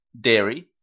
dairy